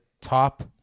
top –